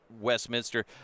westminster